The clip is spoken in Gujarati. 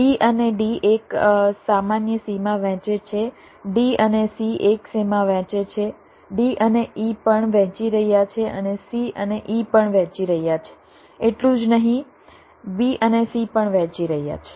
B અને D એક સામાન્ય સીમા વહેંચે છે D અને C એક સીમા વહેંચે છે D અને E પણ વહેંચી રહ્યાં છે અને C અને E પણ વહેંચી રહ્યાં છે એટલું જ નહીં B અને C પણ વહેંચી રહ્યાં છે